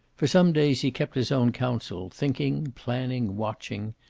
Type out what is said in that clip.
for some days he kept his own counsel, thinking, planning, watching.